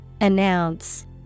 Announce